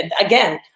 again